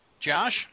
Josh